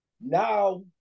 now